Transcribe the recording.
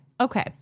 Okay